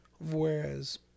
Whereas